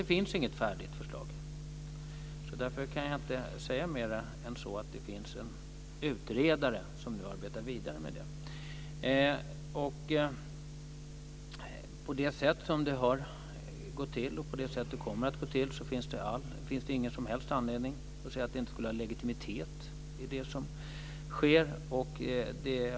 Det finns inget färdigt förslag. Därför kan jag inte säga mer än att det finns en utredare som nu arbetar vidare med detta. Med det sätt som det har gått till och det sätt som det kommer att gå till finns det ingen som helst anledning att säga att det inte skulle finnas legitimitet i det som sker.